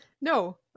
No